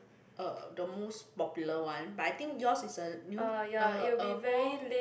uh the most popular one but I think yours is a new a a more